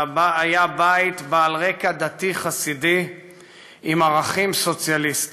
שהיה בית בעל רקע דתי חסידי עם ערכים סוציאליסטיים.